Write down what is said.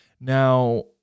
Now